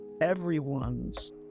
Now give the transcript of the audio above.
Everyone's